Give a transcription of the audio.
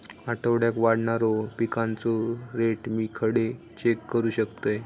आठवड्याक वाढणारो पिकांचो रेट मी खडे चेक करू शकतय?